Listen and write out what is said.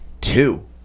two